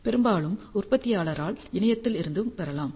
பெரும்பாலும் உற்பத்தியாளரால் இணையத்தில் இருந்தும் பெறலாம்